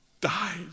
died